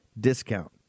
discount